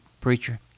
preacher